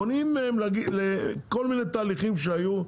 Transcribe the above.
מונעים מהם כל מיני תהליכים שהיו,